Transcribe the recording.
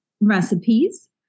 recipes